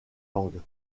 langues